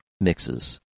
mixes